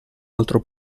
altro